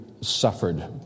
suffered